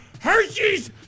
Hershey's